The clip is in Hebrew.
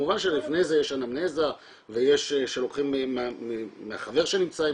כמובן שלפני זה יש אנמנזה ויש שלוקחים מהחבר שנמצא,